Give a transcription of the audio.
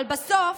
אבל בסוף,